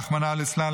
רחמנא ליצלן,